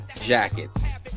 jackets